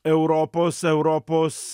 europos europos